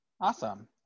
Awesome